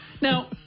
Now